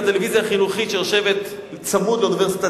לטלוויזיה החינוכית שיושבת צמוד לאוניברסיטת